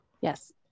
Yes